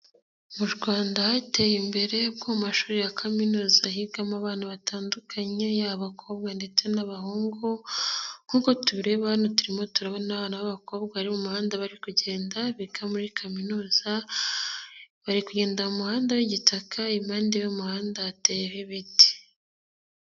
Mu Rwanda hateye imbere ko mu mashuri ya kaminuza higamo abana batandukanye yaba abakobwa ndetse n'abahungu nkuko tubireba hano turimo turabona abana b'abakobwa bari mu muhanda bari kugenda biga muri kaminuza. Bari kugenda mu muhanda w'igitaka, impande y'umuhanda hateyeho ibiti.